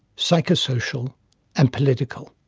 psychosocial and political.